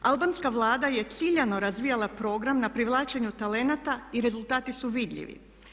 Albanska Vlada je ciljano razvijala program na privlačenju talenata i rezultati su vidljivi.